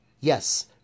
Yes